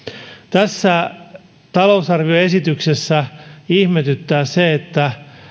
tässä talousarvioesityksessä ihmetyttää se että